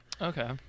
Okay